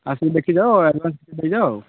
ଆସିକି ଦେଖି ଯାଅ ଆଡ଼ଭାନ୍ସ ଦେଇଯାଅ ଆଉ